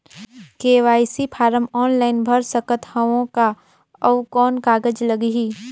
KYC form online भर सकत हवं का? अउ कौन कागज लगही?